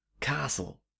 Castle